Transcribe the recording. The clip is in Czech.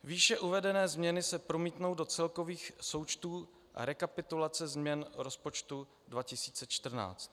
Výše uvedené změny se promítnou do celkových součtů rekapitulace změn rozpočtu 2014.